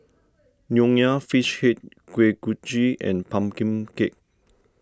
Nonya Fish Head Kuih Kochi and Pumpkin Cake